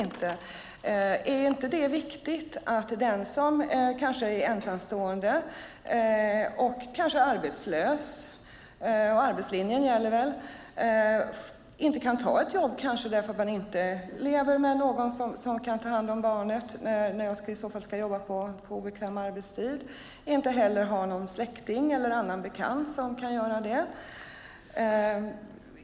Arbetslinjen gäller väl - är det då inte en viktig fråga att den som kanske är ensamstående och arbetslös inte kan ta ett jobb för att man inte lever med någon som kan ta hand om barnet på obekväm arbetstid och inte heller har någon släkting eller bekant som kan göra det?